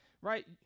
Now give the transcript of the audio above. right